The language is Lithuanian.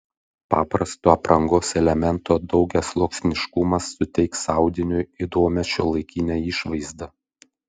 paprasto aprangos elemento daugiasluoksniškumas suteiks audiniui įdomią šiuolaikinę išvaizdą